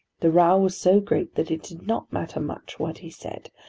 the row was so great that it did not matter much what he said,